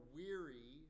weary